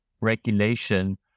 Regulation